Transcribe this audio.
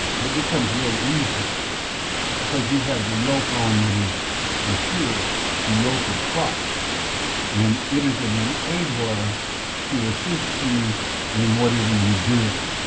it becomes real easy because you have the yoke on that is for sure the yoke of christ and it is an enabler to assist you in whatever you're doing.